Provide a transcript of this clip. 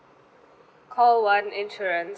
call one insurance